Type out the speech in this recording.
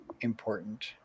important